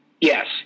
Yes